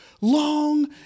long